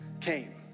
came